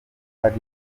ari